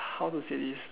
how to say this